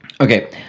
Okay